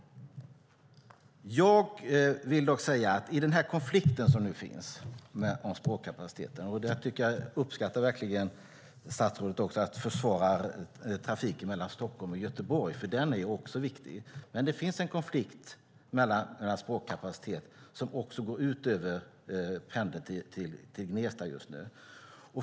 Jag vill dock säga något om den konflikt som nu finns om spårkapaciteten. Jag uppskattar verkligen att statsrådet försvarar trafiken mellan Stockholm och Göteborg, för den är också viktig. Men det finns en konflikt när det gäller spårkapaciteten som går ut över pendeln till Gnesta just nu.